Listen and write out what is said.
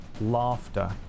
laughter